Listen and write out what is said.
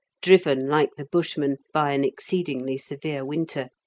driven, like the bushmen, by an exceedingly severe winter,